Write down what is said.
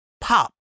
pop